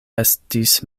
estis